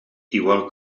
igual